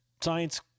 science